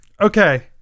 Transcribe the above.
Okay